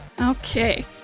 Okay